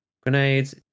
Grenades